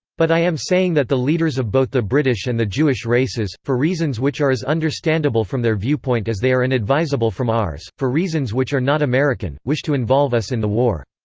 but i am saying that the leaders of both the british and the jewish races, for reasons which are as understandable from their viewpoint as they are inadvisable from ours, for reasons which are not american, wish to involve us in the war.